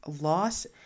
loss